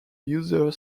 user